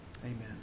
Amen